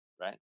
right